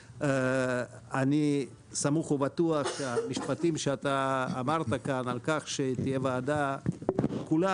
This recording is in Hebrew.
אני סמוך ובטוח שהמשפטים שאמרת כאן על כך שתהיה ועדה של כולם,